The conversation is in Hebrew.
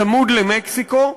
צמוד למקסיקו,